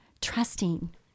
trusting